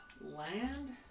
Land